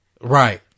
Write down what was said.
Right